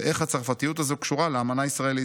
ואיך הצרפתיות הזו קשורה לאמנה הישראלית?